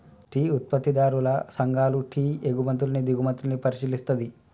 tea ఉత్పత్తిదారుల సంఘాలు tea ఎగుమతుల్ని దిగుమతుల్ని పరిశీలిస్తది